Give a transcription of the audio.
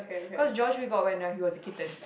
cause George we got when uh he was a kitten